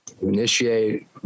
initiate